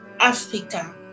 Africa